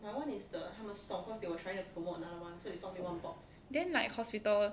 then like hospital